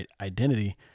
identity